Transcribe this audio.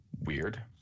Weird